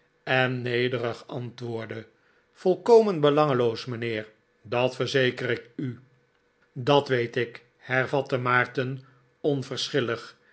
en nederig antwoordde t volkomen belangeloos mijnheer dat verzeker ik u dat weet ik hervatte maarten